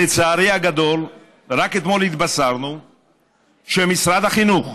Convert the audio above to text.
לצערי הגדול רק אתמול התבשרנו שמשרד החינוך